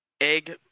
egg